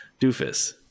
doofus